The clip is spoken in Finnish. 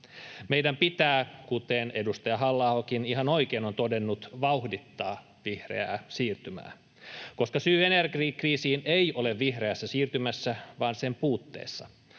Meidän pitää, kuten edustaja Halla-ahokin ihan oikein on todennut, vauhdittaa vihreää siirtymää, koska syy energiakriisiin ei ole vihreässä siirtymässä vaan sen puutteessa.